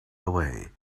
away